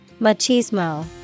Machismo